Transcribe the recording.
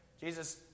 Jesus